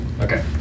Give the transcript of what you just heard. Okay